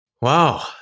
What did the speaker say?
Wow